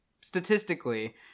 statistically